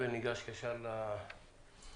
אני מייצג את ארגון משק